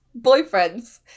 boyfriends